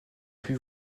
plus